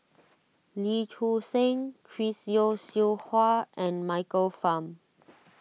Lee Choon Seng Chris Yeo Siew Hua and Michael Fam